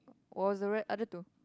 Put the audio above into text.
was the right other two